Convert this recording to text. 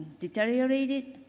deteriorated,